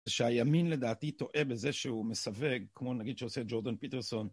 שהימין לדעתי טועה בזה שהוא מסווג כמו נגיד שעושה ג'ורדון פיטרסון